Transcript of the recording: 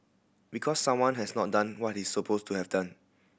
because someone has not done what he's supposed to have done